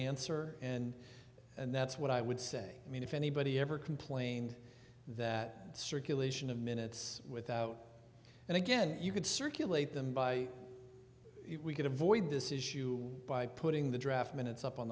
answer and and that's what i would say i mean if anybody ever complained that circulation of minutes without and again you could circulate them by we could avoid this issue by putting the draft minutes up on